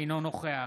אינו נוכח